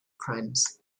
crimes